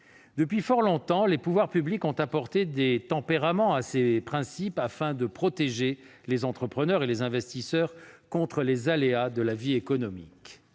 Depuis fort longtemps, les pouvoirs publics ont apporté des tempéraments à ces principes, afin de protéger les entrepreneurs et les investisseurs contre les aléas de la vie économique.